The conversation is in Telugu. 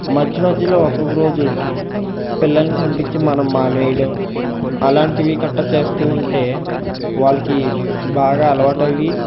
మధ్యమధ్యలో ఒకొక్క రోజు పిల్లలను పంపించి మనం మానేయడం అలాంటివి కట్ట చేస్తూ ఉంటే వాళ్ళకి బాగా అలవాటు అయ్యి